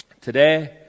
Today